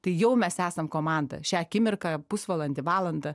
tai jau mes esam komanda šią akimirką pusvalandį valandą